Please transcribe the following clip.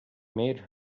made